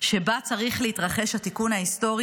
שבה צריך להתרחש התיקון ההיסטורי,